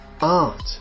art